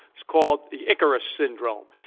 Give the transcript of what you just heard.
it's called the icarus syndrome.